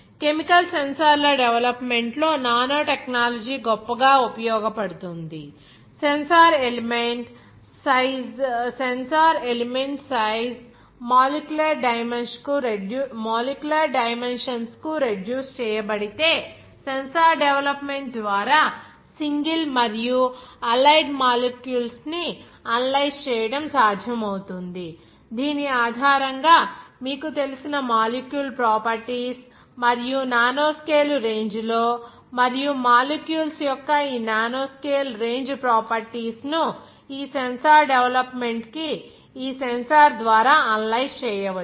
chemical సెన్సార్ల development లో nano technology గొప్ప గా ఉపయోగపడుతుంది sensor element size molecular dimensions కు రెడ్యూస్ చేయబడితే సెన్సార్ డెవలప్మెంట్ ద్వారా సింగిల్ మరియు అల్లైడ్ మాలిక్యూల్స్ ని అనలైజ్ చేయడం సాధ్యమవుతుంది దీని ఆధారంగా మీకు తెలిసిన మాలిక్యూల్ ప్రాపర్టీస్ మరియు నానో స్కేలు రేంజ్ లో మరియు మాలిక్యూల్స్ యొక్క ఈ నానో స్కేలు రేంజ్ ప్రాపర్టీస్ ను ఈ సెన్సార్ డెవలప్మెంట్ కి ఈ సెన్సార్ ద్వారా అనలైజ్ చేయవచ్చు